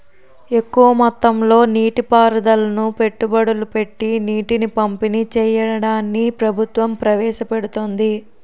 ఎక్కువ మొత్తంలో నీటి పారుదలను పెట్టుబడులు పెట్టీ నీటిని పంపిణీ చెయ్యడాన్ని ప్రభుత్వం ప్రవేశపెడుతోంది